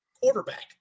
quarterback